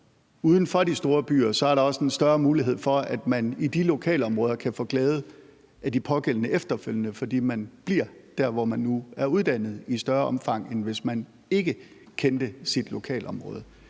uden for de store byer, er der også en større mulighed for, at man i de lokalområder kan få glæde af de pågældende efterfølgende, fordi man bliver der, hvor man nu er uddannet, i større omfang, end hvis man ikke kendte sit lokalområde.